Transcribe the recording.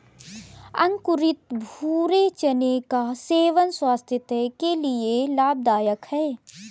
अंकुरित भूरे चने का सेवन स्वास्थय के लिए लाभदायक है